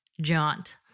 jaunt